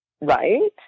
Right